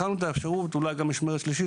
בחנו את האפשרות אולי גם למשמרת שלישית,